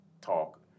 talk